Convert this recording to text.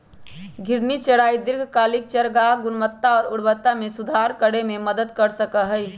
घूर्णी चराई दीर्घकालिक चारागाह गुणवत्ता और उर्वरता में सुधार करे में मदद कर सका हई